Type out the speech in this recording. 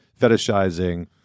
fetishizing